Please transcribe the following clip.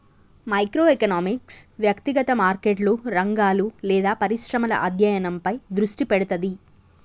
micro economics వ్యక్తిగత మార్కెట్లు, రంగాలు లేదా పరిశ్రమల అధ్యయనంపై దృష్టి పెడతది